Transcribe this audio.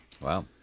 Wow